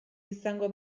izango